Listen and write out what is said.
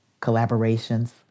collaborations